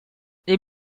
les